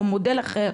או מודל אחר,